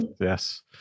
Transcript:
Yes